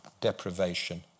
deprivation